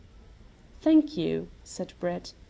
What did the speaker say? thank you, said brett.